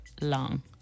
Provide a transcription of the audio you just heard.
Long